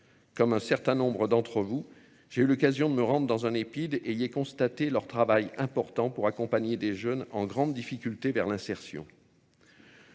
Comme un certain nombre d'entre vous, j'ai eu l'occasion de me rendre dans un épide et y constater leur travail important pour accompagner des jeunes en grande difficulté vers l'insertion.